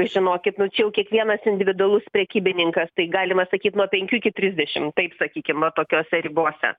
žinokit nu čia jau kiekvienas individualus prekybininkas tai galima sakyt nuo penkių iki trisdešim taip sakykim va tokiose ribose